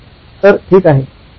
तर ठीक आहे